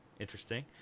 Interesting